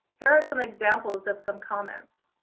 here are some examples of some comments.